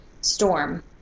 storm